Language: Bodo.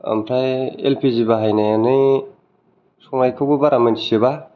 ओमफ्राय एल पि जि बाहायनानै संनायखौबो बारा मिन्थिजोबा